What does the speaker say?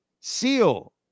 Seal